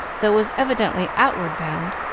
though it was evidently outward bound.